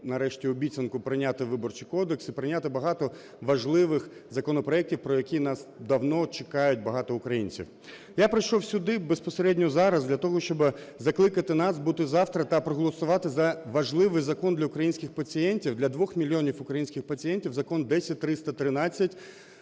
нарешті, обіцянку і прийняти Виборчий кодекс, і прийняти багато важливих законопроектів, про які нас давно чекають багато українців. Я прийшов сюди безпосередньо зараз для того, щоби закликати нас бути завтра та проголосувати за важливий закон для українських пацієнтів, для двох мільйонів українських пацієнтів, Закон 10313,